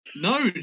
No